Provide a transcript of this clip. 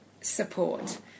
support